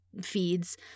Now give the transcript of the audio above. feeds